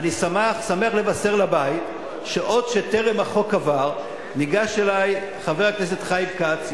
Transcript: אני שמח לבשר לבית שעוד בטרם עבר החוק ניגש אלי חבר הכנסת חיים כץ,